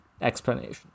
explanation